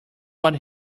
what